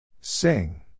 Sing